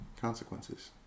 consequences